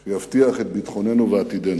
כי יבטיח את ביטחוננו ואת עתידנו.